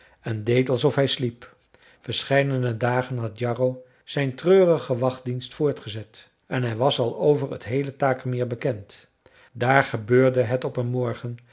en deed alsof hij sliep verscheidene dagen had jarro zijn treurigen wachtdienst voortgezet en hij was al over t heele takermeer bekend daar gebeurde het op een morgen